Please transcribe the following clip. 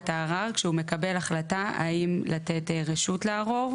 הערר כשהוא מקבל החלטה האם לתת רשות לערור.